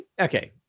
okay